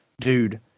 dude